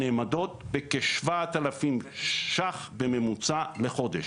הנעמדות בכ-7,000 ₪ לחודש.